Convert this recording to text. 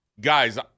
guys